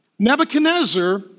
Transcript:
Nebuchadnezzar